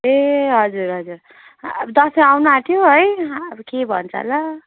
ए हजुर हजुर दसैँ आउन आँट्यो है के भन्छ होला